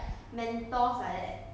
什么来的什么来的